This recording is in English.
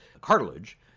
cartilage